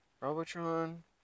Robotron